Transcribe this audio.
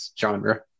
genre